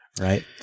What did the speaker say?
right